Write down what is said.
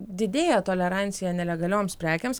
didėja tolerancija nelegalioms prekėms